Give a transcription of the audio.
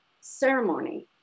ceremony